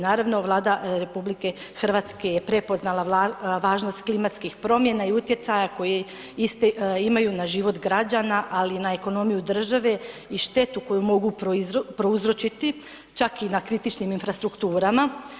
Naravno, Vlada RH je prepoznala važnost klimatskih promjena i utjecaja koji isti imaju na život građana, ali i na ekonomiju države i štetu koju mogu prouzročiti, čak i na kritičnim infrastrukturama.